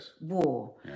war